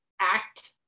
act